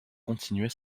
continuer